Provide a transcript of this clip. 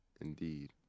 Indeed